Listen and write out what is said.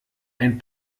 ein